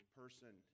person